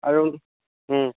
আৰু